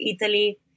Italy